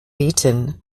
beaten